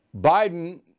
Biden